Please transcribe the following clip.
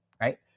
right